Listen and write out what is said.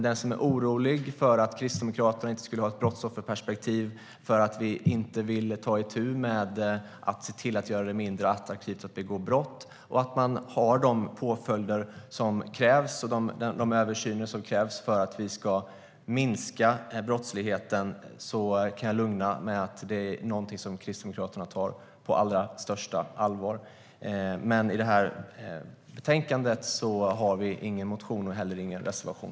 Den som är orolig för att Kristdemokraterna inte skulle ha ett brottsofferperspektiv, för att vi inte vill se till att göra det mindre attraktivt att begå brott och att det finns de påföljder och översyner som krävs för att minska brottsligheten kan jag lugna med att det är något vi kristdemokrater tar på allra största allvar. Men i det här betänkandet har vi ingen motion och heller ingen reservation.